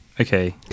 okay